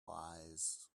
lies